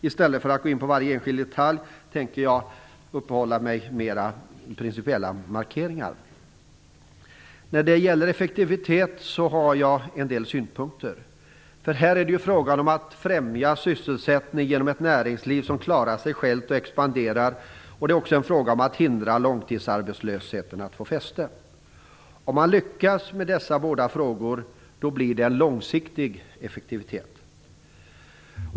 I stället för att gå in på varje enskild detalj tänkte jag uppehålla mig mer vid några principiella markeringar. När det gäller effektiviteten har jag en del synpunkter. Det är ju fråga om att främja sysselsättningen genom ett näringsliv som klarar sig självt och expanderar. Det är också fråga om att hindra långtidsarbetslösheten från att få fäste. Om man lyckas med dessa båda frågor blir det en långsiktig effektivitet.